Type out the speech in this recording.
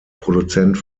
produzent